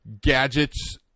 gadgets